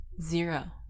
zero